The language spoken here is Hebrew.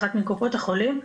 אחת מקופות החולים.